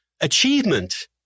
achievement